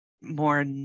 more